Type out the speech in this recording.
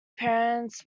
parents